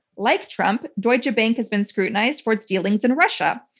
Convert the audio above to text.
like trump, deutsche bank has been scrutinized for its dealings in russia.